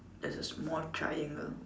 there's a small triangle